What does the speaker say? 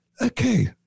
Okay